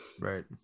Right